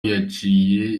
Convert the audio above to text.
yaciye